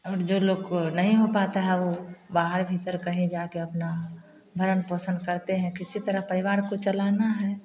जो लोग को नहीं हो पाता है वो बाहर भीतर कहीं जाकर अपना भरण पोषण करते हैं किसी तरह परिवार को चलाना है